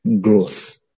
growth